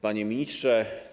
Panie Ministrze!